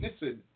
Listen